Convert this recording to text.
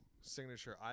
signature